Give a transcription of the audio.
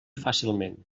fàcilment